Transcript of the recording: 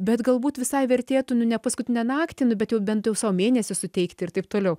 bet galbūt visai vertėtų nu ne paskutinę naktį nu bet jau bent jau sau mėnesį suteikti ir taip toliau